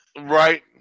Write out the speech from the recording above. right